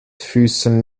füßen